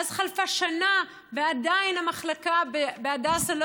ואז חלפה שנה ועדיין המחלקה בהדסה לא